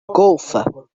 golfer